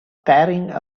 carrying